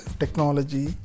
technology